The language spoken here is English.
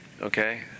Okay